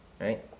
right